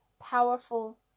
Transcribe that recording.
powerful